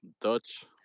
Dutch